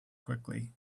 quickly